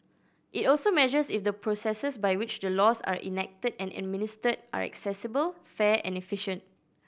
it also measures if the processes by which the laws are enacted and administered are accessible fair and efficient